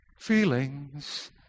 feelings